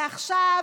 ועכשיו,